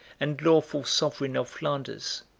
and lawful sovereign of flanders.